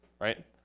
right